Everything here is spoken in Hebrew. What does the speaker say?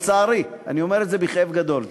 לצערי, אני אומר את זה בכאב גדול.